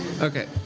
Okay